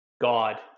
God